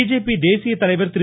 BJP தேசிய தலைவர் திரு